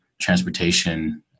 transportation